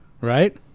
right